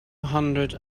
hundred